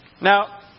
Now